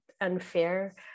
unfair